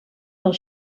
del